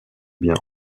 bien